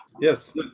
Yes